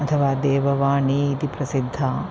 अथवा देववाणी इति प्रसिद्धा